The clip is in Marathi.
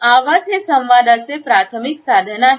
आवाज हे संवादाचे प्राथमिक साधन आहे